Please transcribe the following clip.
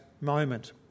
moment